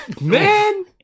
Man